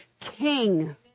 king